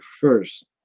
first